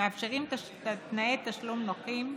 ומאפשרים תנאי תשלום נוחים.